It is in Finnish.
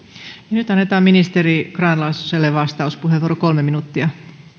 nyt annetaan ministeri grahn laasoselle vastauspuheenvuoro kolme minuuttia